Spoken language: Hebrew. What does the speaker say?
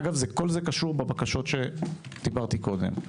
אגב, כל זה קשור בבקשות שדיברתי קודם.